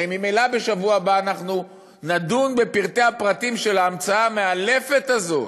הרי ממילא בשבוע הבא אנחנו נדון בפרטי-הפרטים של ההמצאה המאלפת הזאת,